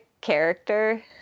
character